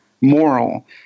moral